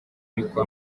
ariko